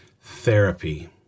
therapy